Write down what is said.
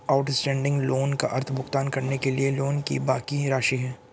outstanding loan का अर्थ भुगतान करने के लिए लोन की बाकि राशि है